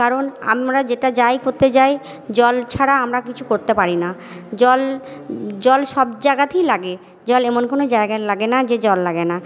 কারণ আমরা যেটা যাই করতে যাই জল ছাড়া আমরা কিছু করতে পারি না জল জল সব জায়গাতেই লাগে জল এমন কোনও জায়গায় লাগে না যে জল লাগে না